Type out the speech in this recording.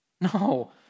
No